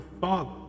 father